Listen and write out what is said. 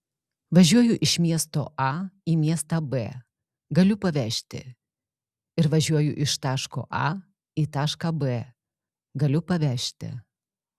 važiuoju iš miesto a į miestą b galiu pavežti ir važiuoju iš taško a į tašką b galiu pavežti